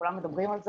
כולם מדברים על זה.